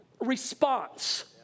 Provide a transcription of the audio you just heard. response